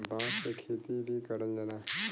बांस क खेती भी करल जाला